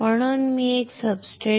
म्हणून मी एक सब्सट्रेट